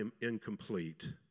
incomplete